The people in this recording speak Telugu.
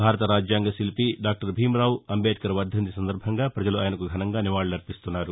భారత రాజ్యాంగ శిల్పి డాక్టర్ భీమ్రావ్ అంబేద్కర్ వర్దంతి సందర్బంగా ప్రజలు ఆయనకు ఘనంగా నివాళులర్పిస్తున్నారు